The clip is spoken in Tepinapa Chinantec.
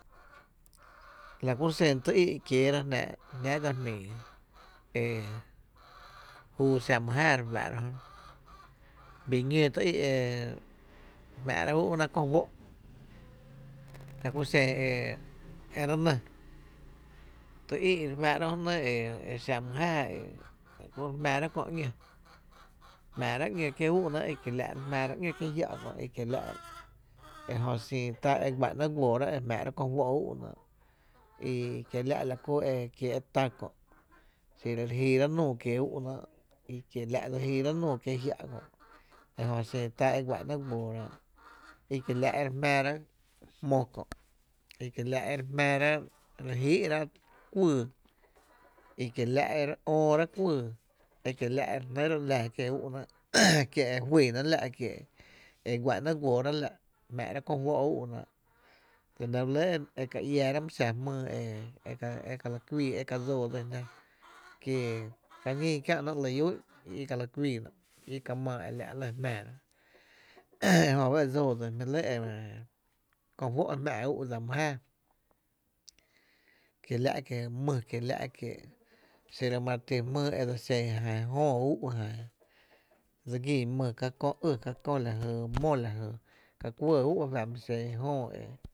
La ku xen tý í’ kieerá’ jná’ dsa jmíi e júu xa my jáá re fáá’ra jö, bii ñóó ty í’ e xa e jmⱥ’ ráá’ ú’náá’ ko juó’ e la ku xen e re nɇ, ty í’ re fáá’ra jö nɇ e xa my jáaá e ku ro’ re jmⱥⱥ rá’ köö ‘ñé, jmáárá’ ñó kiee ú’náá’ e kie’ la’ jmaará’ ‘ño kie’ jia’ kö e la’ ej*ö xin tá e guá’náá’ guóorá’ e jm’aⱥrá’ ko juó’ i kiela’ la kú e kie’ tá kö’ xiro re jíirá’ núu kié’ ú’náá’ jö dse jíirá’ núu kié’ jiá’ kö’ e jö xin tá e guá’náá’ guóoroá’ e kiela’ e jmⱥⱥ rá’ jmó kö’ e kie la’ e re jmⱥⱥrá’ e re jí’ rá’ kuýy e kiela’ e re öörá’ kuýy, e kie la’ e re jnýráá’ laa kie’ ú’náá’ e kie’ e juýyná’ la’ e guá’ná’ guóorá’ la’ jmⱥⱥ rá’ ko juó’ únáá’, la nɇ ba re lɇ e ka iáárá’ my xa jmýy e ka lⱥ kuíi e ka dsoo dsín jná kie ka ñín kiä’na ‘ly iá úu’n i ka la kuiina i ka maa e la’ lɇ jmⱥⱥ e jö ba e dsóo dsín e jmí’ lɇ kó juó’ e jmⱥ’ úu’ dsa mý jáaá kiela’ kie mý kiela’ kie’ xi ro ma re ti jmýy e dse li xen jan jöö úu’ jan, dse gín mý ka kö jy ý lajy mó lajy e ka kuɇɇ ú’ e fa’ mi xen jöö e.